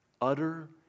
utter